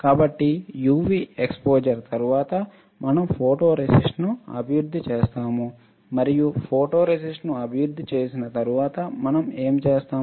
కాబట్టి UV exposure తరువాత మనం ఫోటోరేసిస్ట్ను అభివృద్ధి చేస్తాము మరియు ఫోటోరేసిస్ట్ను అభివృద్ధి చేసిన తరువాత మనం ఏమి చేస్తాం